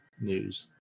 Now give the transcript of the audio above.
news